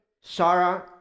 Sarah